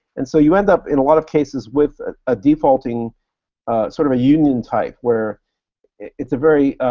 and so you end up in a lot of cases with a a defaulting sort of a union type, where it's a very